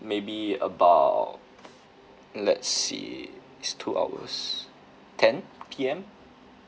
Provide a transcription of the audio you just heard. maybe about let's see it's two hours ten P_M